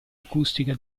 acustica